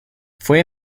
fue